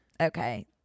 okay